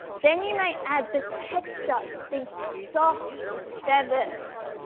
then you may add the texture, these soft feathers.